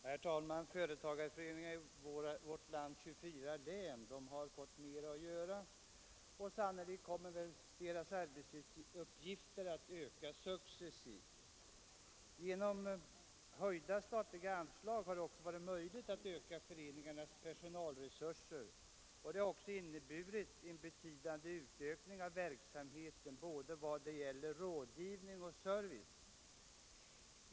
Herr talman! Företagareföreningarna i vårt lands 24 län har fått mer att göra, och sannolikt kommer deras arbetsuppgifter att öka successivt. Genom höjda statliga anslag har det också varit möjligt att utöka föreningarnas personalresurser, och det har också inneburit en betydande utökning av verksamheten i vad gäller både rådgivning och service.